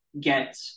get